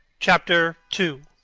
chapter two